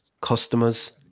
customers